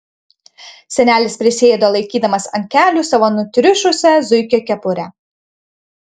senelis prisėdo laikydamas ant kelių savo nutriušusią zuikio kepurę